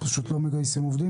פשוט לא מגייסים עובדים?